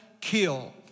kill